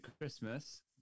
Christmas